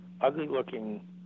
ugly-looking